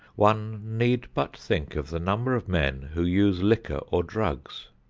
one need but think of the number of men who use liquor or drugs.